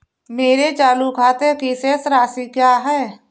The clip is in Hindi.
मेरे चालू खाते की शेष राशि क्या है?